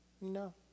no